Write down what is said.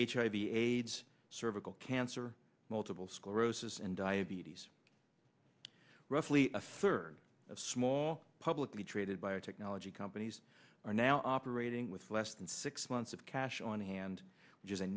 hiv aids cervical cancer multiple sclerosis and diabetes roughly a third of small publicly traded biotechnology companies are now operating with less than six months of cash on hand which is